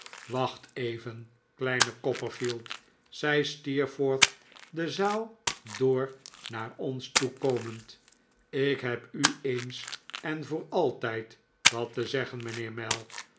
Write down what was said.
wacht even kleine copperfield zei steerforth de zaal door naar ons toe komend ik heb u eens en voor altijd wat te zeggen mijnheer mell